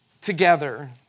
together